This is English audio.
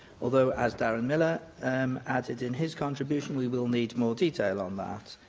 although, as darren millar um added in his contribution, we will need more detail on that.